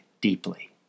deeply